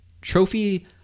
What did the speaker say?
trophy